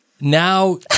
Now